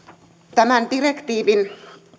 tämän direktiivin